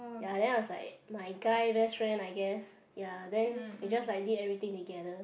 ya then I was like my guy best friend I guess ya then we just like did everything together